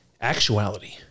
actuality